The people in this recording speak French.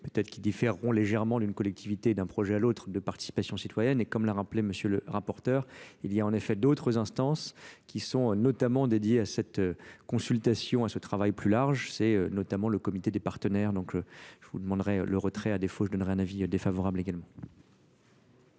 peutêtre qui différeront légèrement d'une collectivité et d'un projet et d'un projet à l'autre, de participation citoyenne et comme l'a rappelé le rapporteur il yy a en effet d'autres instances qui sont notamment dédiées à consultation à ce travail plus large c'est notamment le comité des partenaires. Donc, je vous demanderai le retrait à défaut je donnerai un avis défavorable également.